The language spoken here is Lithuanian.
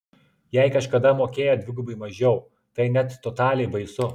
jei kažkada mokėjo dvigubai mažiau tai net totaliai baisu